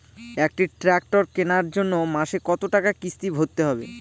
একটি ট্র্যাক্টর কেনার জন্য মাসে কত টাকা কিস্তি ভরতে হবে?